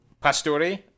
Pastore